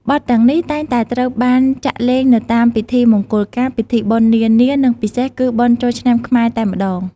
បទរាំវង់ គឺជា របាំប្រជាប្រិយខ្មែរ មួយដ៏ពេញនិយម ហើយគេតែងតែឃើញវានៅក្នុងពិធីបុណ្យប្រពៃណីដូចជា ពិធីបុណ្យចូលឆ្នាំខ្មែរ ដែលមានដូចជាបទ រាំវង់ឆ្នាំថ្មី រាំវង់ឆ្លងឆ្លើយ រាំវង់ខ្មែរ ជាដើម។